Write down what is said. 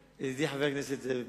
ידידי חבר הכנסת זאב בילסקי,